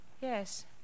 Yes